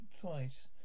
twice